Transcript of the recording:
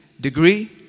degree